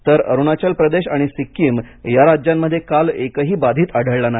तर अरुणाचल प्रदेश आणि सिक्कीम या राज्यांमध्ये काल एकही बाधित आढळला नाही